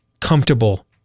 comfortable